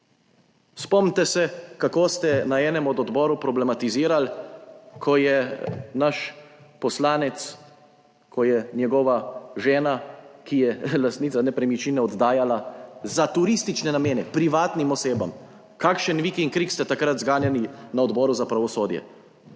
Spomnite se, kako ste na enem od odborov problematizirali, ko je žena našega poslanca, ki je lastnica nepremičnine, le-to oddajala za turistične namene privatnim osebam. Kakšen vik in krik ste takrat zganjali na Odboru za pravosodje.